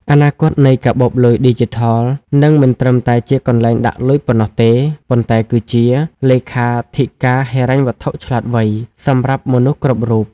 អនាគតនៃកាបូបលុយឌីជីថល នឹងមិនត្រឹមតែជាកន្លែងដាក់លុយប៉ុណ្ណោះទេ ប៉ុន្តែគឺជា "លេខាធិការហិរញ្ញវត្ថុឆ្លាតវៃ" សម្រាប់មនុស្សគ្រប់រូប។